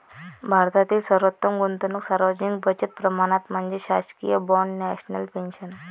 भारतातील सर्वोत्तम गुंतवणूक सार्वजनिक बचत प्रमाणपत्र म्हणजे शासकीय बाँड नॅशनल पेन्शन